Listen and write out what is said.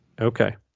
Okay